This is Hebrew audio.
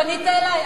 פנית אלי?